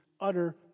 utter